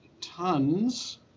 tons